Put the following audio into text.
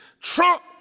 Trump